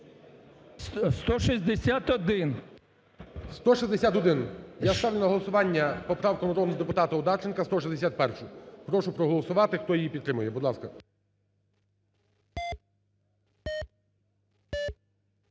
161. Я ставлю на голосування поправку народного депутата Одарченка, 161-у. Прошу проголосувати, хто її підтримує, будь ласка.